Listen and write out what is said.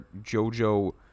JoJo